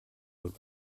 өөр